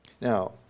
Now